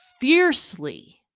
fiercely